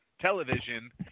Television